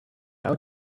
out